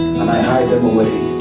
and i hide them away,